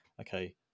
okay